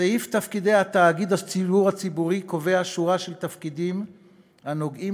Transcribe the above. סעיף תפקידי תאגיד השידור הציבורי קובע שורה של תפקידים הנוגעים